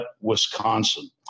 Wisconsin